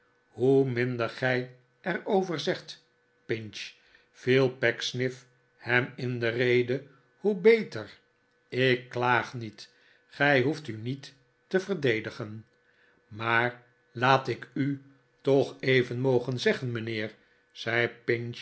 hoe minder gij er over zegt pinch viel pecksniff hem in de rede hoe beter ik klaag niet gij hoeft u niet te verdedigen maar laat ik u toch even mogen zeggen mijnheer zei